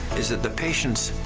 is it the patients